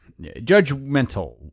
Judgmental